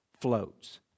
floats